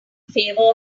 favor